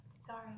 Sorry